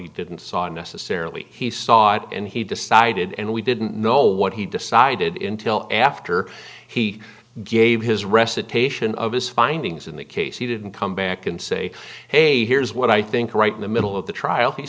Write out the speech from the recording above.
he didn't saw it necessarily he saw it and he decided and we didn't know what he decided in till after he gave his recitation of his findings in the case he didn't come back and say hey here's what i think right in the middle of the trial he